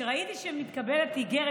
כשראיתי שמתקבלת איגרת,